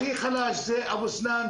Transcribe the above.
הכי חלשים הם אבו סנאן,